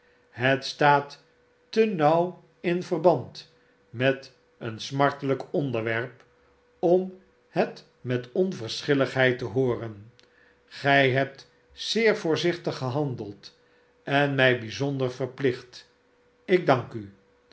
het staat te nauw in verband met een smartelijk onderwerp om het met onverschilligheid te hooren gij hebt zeer voorzichtig gehandeld en mij bij zonder verplicht ik dank u